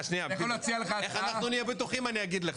אגיד לך איך נהיה בטוחים,